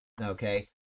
okay